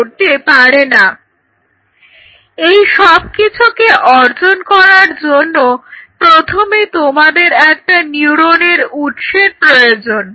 তাহলে এসব কিছুকে অর্জন করার জন্য প্রথমে তোমাদের একটা নিউরনের উৎসের প্রয়োজন